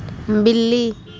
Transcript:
बिल्ली